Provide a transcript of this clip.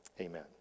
amen